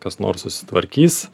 kas nors susitvarkys